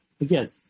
again